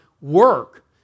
work